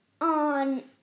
on